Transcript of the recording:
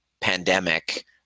pandemic